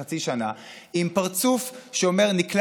אחרי סעיף 1 לא נתקבלה.